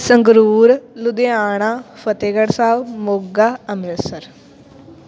Sangrur Ludhiana Fatehgarh Sahib Moga Amritsar